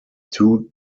two